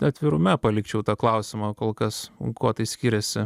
atvirume palikčiau tą klausimą kol kas kuo tai skiriasi